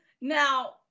now